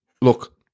Look